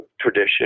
tradition